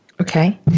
Okay